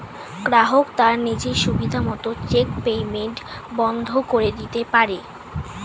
গ্রাহক তার নিজের সুবিধা মত চেক পেইমেন্ট বন্ধ করে দিতে পারে